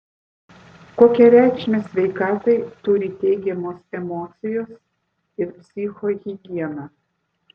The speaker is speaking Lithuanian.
kokią reikšmę sveikatai turi teigiamos emocijos ir psichohigiena